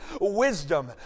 Wisdom